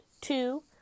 two